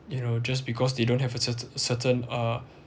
you know just because they don't have a certa~ a certain uh